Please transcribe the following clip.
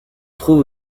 trouve